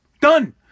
Done